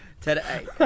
today